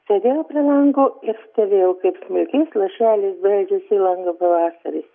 sėdėjau prie lango ir stebėjau kaip smulkiais lašeliais beldžiasi į langą pavasaris